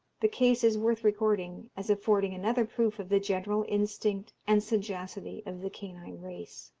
the case is worth recording, as affording another proof of the general instinct and sagacity of the canine race.